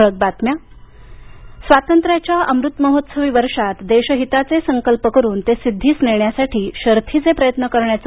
ठळक बातम्या स्वातंत्र्याच्या अमृतमहोत्सवी वर्षात देशहिताचे संकल्प करून ते सिद्धीस नेण्यासाठी शर्थीचे प्रयत्न करण्याचं